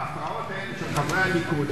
ההפרעות האלה של חברי הליכוד,